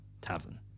tavern